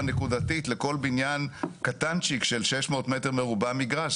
נקודתית לכל בניין קטנצ'יק של 600 מ"ר מגרש.